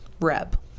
Reb